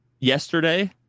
yesterday